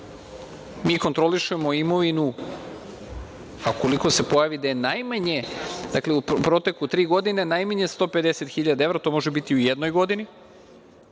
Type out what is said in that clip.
Mi kontrolišemo imovinu, a ukoliko se pojavi da je najmanje, dakle, u proteku tri godine, najmanje 150.000 evra, to može biti u jednoj godini